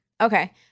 Okay